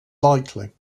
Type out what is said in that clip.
likely